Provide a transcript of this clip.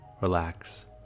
relax